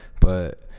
but-